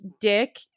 Dick